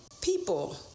people